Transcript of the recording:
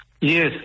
Yes